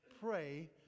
pray